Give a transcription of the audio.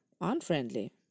unfriendly